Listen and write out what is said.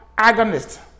agonists